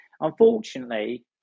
Unfortunately